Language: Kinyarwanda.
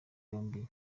yombi